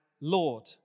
Lord